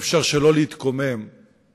ששר הביטחון יורה לחיילים לא לרדוף אחרי הרוצחים.